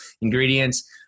ingredients